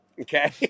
Okay